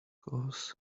cause